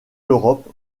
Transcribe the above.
l’europe